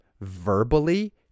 verbally